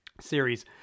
series